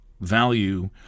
value